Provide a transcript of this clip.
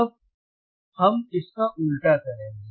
अब हम इसका उल्टा करेंगे